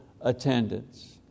attendance